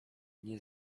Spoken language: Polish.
nie